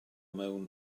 mewn